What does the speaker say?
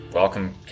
Welcome